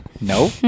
No